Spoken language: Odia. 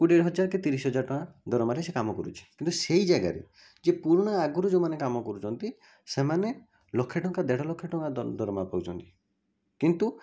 କୋଡ଼ିଏ ହଜାର କି ତିରିଶ ହଜାର ଟଙ୍କା ଦରମାରେ ସେ କାମକରୁଛି କିନ୍ତୁ ସେଇ ଜାଗାରେ ଯେ ପୁରୁଣା ଆଗରୁ ଯେଉଁମାନେ କାମକରୁଛନ୍ତି ସେମାନେ ଲକ୍ଷେଟଙ୍କା ଦେଢ଼ ଲକ୍ଷେଟଙ୍କା ଦରମା ପାଉଛନ୍ତି କିନ୍ତୁ